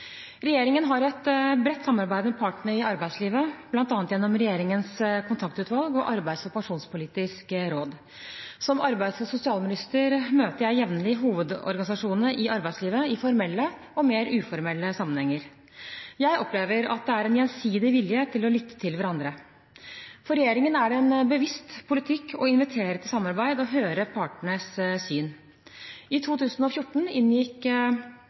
Regjeringen har et bredt samarbeid med partene i arbeidslivet, bl.a. gjennom Regjeringens kontaktutvalg og Arbeidslivs- og pensjonspolitisk råd. Som arbeids- og sosialminister møter jeg jevnlig hovedorganisasjonene i arbeidslivet i formelle og mer uformelle sammenhenger. Jeg opplever at det er en gjensidig vilje til å lytte til hverandre. For regjeringen er det en bevisst politikk å invitere til samarbeid og høre partenes syn. I 2014 inngikk